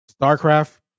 Starcraft